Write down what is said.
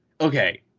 okay